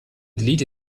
delete